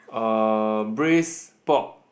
um braise pork